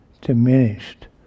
diminished